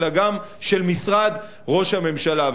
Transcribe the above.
אלא גם של משרד ראש הממשלה.